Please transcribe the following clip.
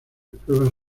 pruebas